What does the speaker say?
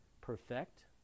perfect